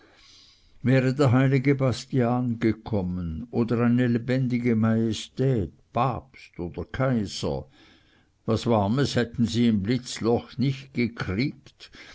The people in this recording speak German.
wäre der heilige bastian gekommen oder eine lebendige majestät papst oder kaiser was warmes hätten sie im blitzloch nicht gekriegt